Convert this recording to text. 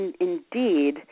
Indeed